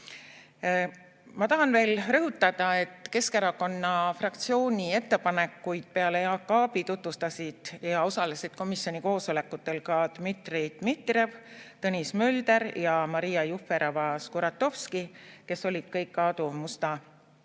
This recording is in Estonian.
Ma tahan veel rõhutada, et Keskerakonna fraktsiooni ettepanekuid peale Jaak Aabi tutvustasid komisjoni koosolekutel ka Dmitri Dmitrijev, Tõnis Mölder ja Maria Jufereva-Skuratovski, kes olid kõik Aadu Musta